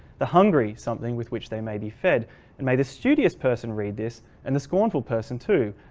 the hungry something with which they may be fed and may the studious person read this and the scornful person too.